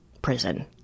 prison